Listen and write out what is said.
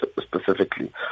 specifically